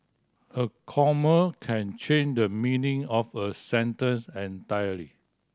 a comma can change the meaning of a sentence entirely